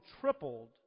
tripled